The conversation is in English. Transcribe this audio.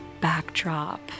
backdrop